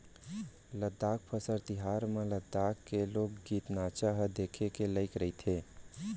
लद्दाख फसल तिहार म लद्दाख के लोकगीत, नाचा ह देखे के लइक रहिथे